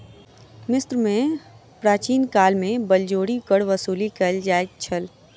मिस्र में प्राचीन काल में बलजोरी कर वसूली कयल जाइत छल